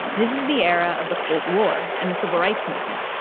this is the era of the cold war and the civil rights movement.